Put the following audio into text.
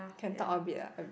can talk a bit ah a bit